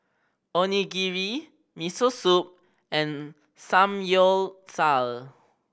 Onigiri Miso Soup and Samgyeopsal